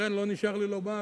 ולכן לא נשאר לי לומר,